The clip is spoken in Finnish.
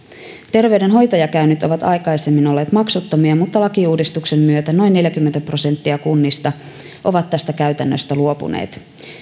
terveydenhoitajakäynnit ovat aikaisemmin olleet maksuttomia mutta lakiuudistuksen myötä noin neljäkymmentä prosenttia kunnista on tästä käytännöstä luopunut